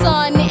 Sun